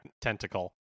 tentacle